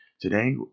Today